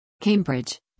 Cambridge